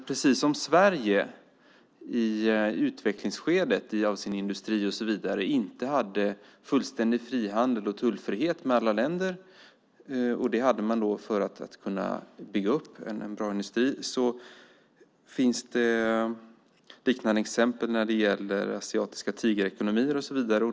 Precis som Sverige i utvecklingsskedet av sin industri inte hade fullständig frihandel och tullfrihet med alla länder, för att kunna bygga upp en bra industri, finns det liknande exempel när det gäller asiatiska tigerekonomier och så vidare.